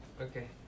Okay